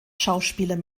schauspieler